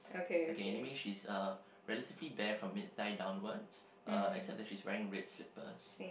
okay anyway she's uh relatively bare from mid thigh downwards uh except that she's wearing red slippers